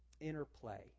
interplay